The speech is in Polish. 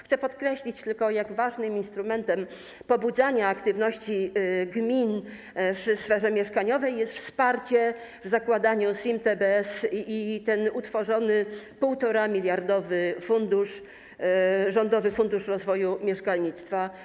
Chcę podkreślić tylko, jak ważnym instrumentem pobudzania aktywności gmin w sferze mieszkaniowej jest wsparcie w zakładaniu SIM, TBS i ten utworzony 1,5-miliardowy fundusz, Rządowy Fundusz Rozwoju Mieszkalnictwa.